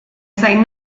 zain